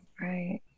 Right